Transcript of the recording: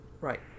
Right